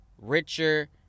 richer